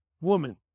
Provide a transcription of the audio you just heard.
woman